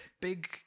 big